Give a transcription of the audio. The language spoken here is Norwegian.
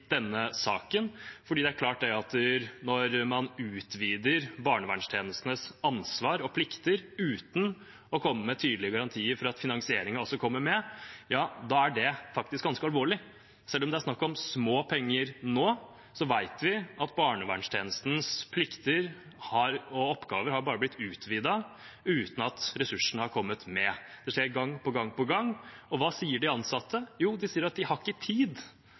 denne saken, for det er klart at når man utvider barnevernstjenestens ansvar og plikter uten å komme med tydelige garantier for at finansieringen også kommer med, er det faktisk ganske alvorlig. Selv om det er snakk om små penger nå, vet vi at barnevernstjenestens plikter og oppgaver bare har blitt utvidet uten at ressursene har kommet med. Det skjer gang på gang på gang. Og hva sier de ansatte? Jo, de sier at de ikke har tid